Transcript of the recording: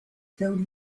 filled